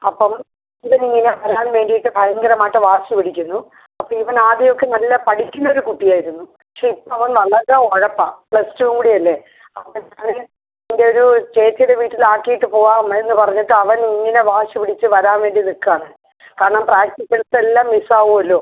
അപ്പം ഇവൻ ഇങ്ങനെ വരാൻ വേണ്ടീട്ട് ഭയങ്കരമായിട്ട് വാശി പിടിക്കുന്നു അപ്പോൾ ഇവൻ ആദ്യം ഒക്കെ നല്ല പഠിക്കുന്നൊരു കുട്ടിയായിരുന്നു പക്ഷേ ഇപ്പോൾ അവൻ വളരെ ഉഴപ്പാണ് പ്ലസ് ടു കൂടി അല്ലേ അവൻ അതിന് എൻ്റെ ഒരു ചേച്ചീടെ വീട്ടിലാക്കീട്ട് പോവാം അമ്മേന്ന് പറഞ്ഞിട്ട് അവൻ ഇങ്ങനെ വാശി പിടിച്ച് വരാൻ വേണ്ടി നിൽക്കാണ് കാരണം പ്രാക്ടിക്കൽസെല്ലാം മിസ്സാവല്ലോ